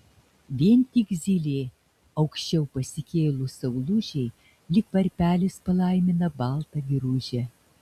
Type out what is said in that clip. vien tik zylė aukščiau pasikėlus saulužei lyg varpelis palaimina baltą giružę